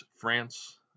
France